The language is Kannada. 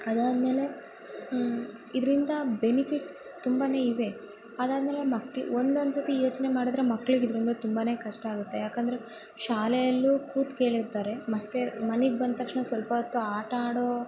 ಅದಾದಮೇಲೆ ಇದರಿಂದ ಬೆನಿಫಿಟ್ಸ್ ತುಂಬನೇ ಇವೆ ಅದಾದಮೇಲೆ ಮಕ್ಳು ಒಂದೊಂದು ಸತಿ ಯೋಚನೆ ಮಾಡಿದ್ರೆ ಮಕ್ಳಿಗೆ ಇದರಿಂದ ತುಂಬನೇ ಕಷ್ಟ ಆಗುತ್ತೆ ಯಾಕೆಂದ್ರೆ ಶಾಲೆಯಲ್ಲೂ ಕೂತು ಕೇಳಿರ್ತಾರೆ ಮತ್ತೆ ಮನೆಗೆ ಬಂದ ತಕ್ಷಣ ಸ್ವಲ್ಪ ಹೊತ್ತು ಆಟ ಆಡೋ